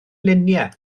luniau